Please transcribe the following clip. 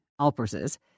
Alpers's